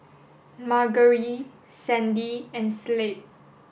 Margery Sandi and Slade